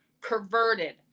perverted